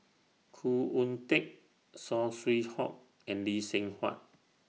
Khoo Oon Teik Saw Swee Hock and Lee Seng Huat